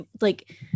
like-